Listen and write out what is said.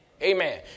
Amen